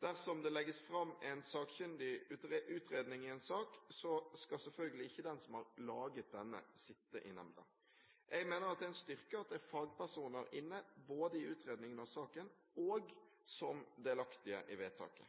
Dersom det legges fram en sakkyndig utredning i en sak, skal selvfølgelig ikke den som har laget denne, sitte i nemnda. Jeg mener det er en styrke at det er fagpersoner inne både i utredningen av saken og som delaktige i vedtaket.